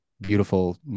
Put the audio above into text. beautiful